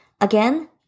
Again